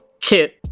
Kit